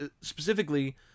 specifically